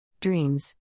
dreams